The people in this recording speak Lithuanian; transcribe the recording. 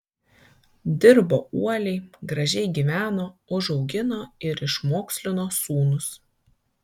dirbo uoliai gražiai gyveno užaugino ir išmokslino sūnus